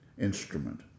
instrument